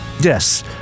Yes